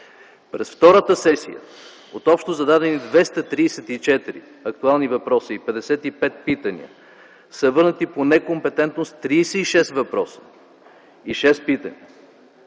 През втората сесия от общо зададени 234 актуални въпроси и 55 питания, са върнати по некомпетентност 36 въпроса и 6 питания.